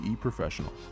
professional